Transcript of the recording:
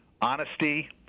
honesty